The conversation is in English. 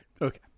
Okay